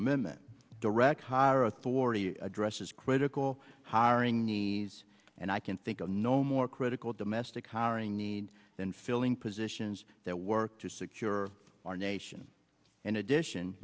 amendment direct higher authority addresses critical hiring needs and i can think of no more critical domestic hiring needs than filling positions that work to secure our nation in addition